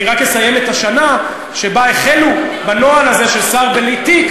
אני רק אסיים ואומר את השנה שבה החלו בנוהל הזה של שר בלי תיק,